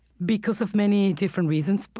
because of many different reasons.